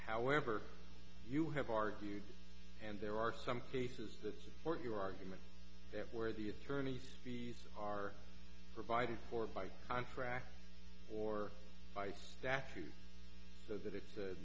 however you have argued and there are some cases that support your argument that where the attorneys fees are provided for by contract or fights statute so that i